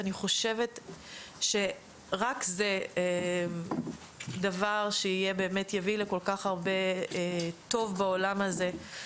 אני חושבת שרק הדבר הזה הוא דבר שבאמת יביא לכל כך הרבה טוב בעולם הזה.